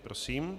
Prosím.